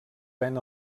ven